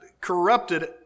corrupted